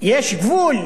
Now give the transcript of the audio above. יש גבול.